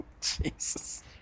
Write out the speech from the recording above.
Jesus